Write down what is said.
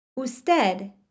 Usted